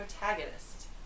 protagonist